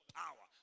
power